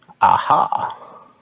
aha